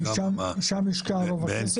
שם השקענו כבר כסף.